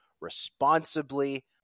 responsibly